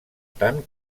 tant